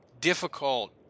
difficult